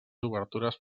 obertures